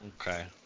Okay